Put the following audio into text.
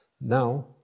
Now